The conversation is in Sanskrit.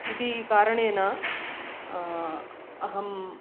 इति कारणेन अहम्